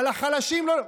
אין לו השפעה על ליברמן.